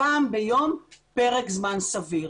פעם ביום לפרק זמן סביר.